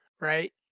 right